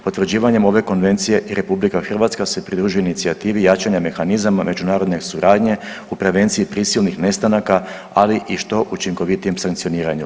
Potvrđivanjem ove Konvencije Republika Hrvatska se pridružuje inicijativi jačanja mehanizama međunarodne suradnje u prevenciji prisilnih nestanaka, ali i što učinkovitijem sankcioniranju.